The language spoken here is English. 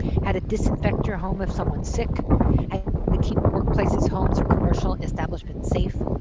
how to disinfect your home if someone's sick and keep workplaces, homes or commercial establishments safe.